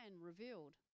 revealed